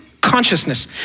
consciousness